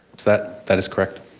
that that is correct.